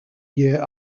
year